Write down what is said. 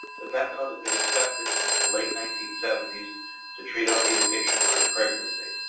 that methadone has been accepted since the late nineteen seventy s to treat opiate addiction during pregnancy.